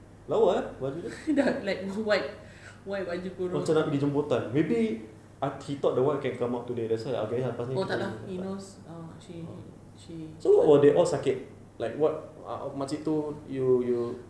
lawa ah baju dia macam nak pergi jemputan maybe ah he thought the wife can come out today that's why so what were they all sakit like what makcik itu you you